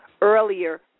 earlier